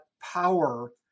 power